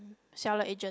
seller agent